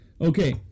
Okay